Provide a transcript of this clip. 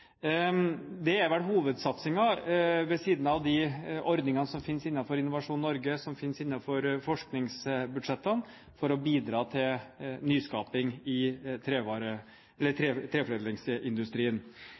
Det er vel hovedsatsingen ved siden av de ordningene som finnes innenfor Innovasjon Norge, som finnes innenfor forskningsbudsjettene, for å bidra til nyskaping i